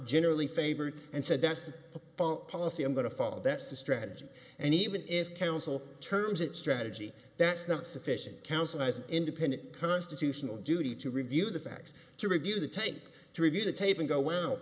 generally favored and said that's the policy i'm going to follow that's the strategy and even if counsel terms that strategy that's not sufficient counsel has an independent constitutional duty to review the facts to review the tape to review the tape and go wow